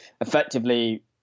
effectively